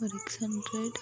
RX hundred